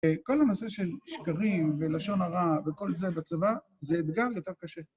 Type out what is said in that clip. כל הנושא של שקרים ולשון הרע וכל זה בצבא, זה אתגר יותר קשה.